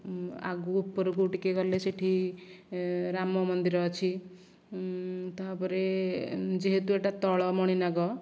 ଆଉ ଉପରକୁ ଟିକେ ଗଲେ ସେଇଠି ରାମ ମନ୍ଦିର ଅଛି ତାପରେ ଯେହେତୁ ଏଇଟା ତଳ ମଣିନାଗ